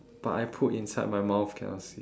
but I put inside my mouth cannot see